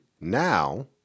now